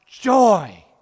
joy